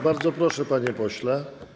Bardzo proszę, panie pośle.